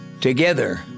Together